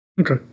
okay